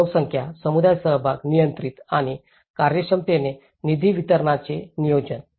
तर लोकसंख्या समुदाय सहभाग नियंत्रित आणि कार्यक्षमतेने निधी वितरणाचे नियोजन